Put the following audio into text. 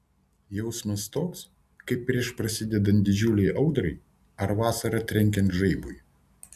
jausmas toks kaip prieš prasidedant didžiulei audrai ar vasarą trenkiant žaibui